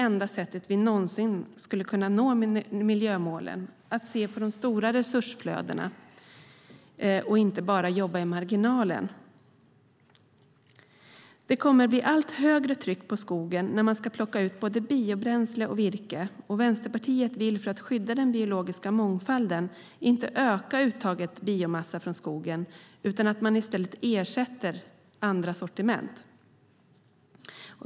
Enda sättet att någonsin kunna nå miljömålen är att se på de stora resursflödena och inte bara jobba i marginalen. Det kommer att bli allt högre tryck på skogen när man ska plocka ut både biobränsle och virke. För att skydda den biologiska mångfalden vill Vänsterpartiet inte öka uttaget av biomassa från skogen, utan vi vill att man i stället ersätter andra sortiment.